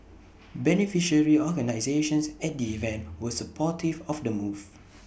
beneficiary organisations at the event were supportive of the move